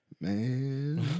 man